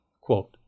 quote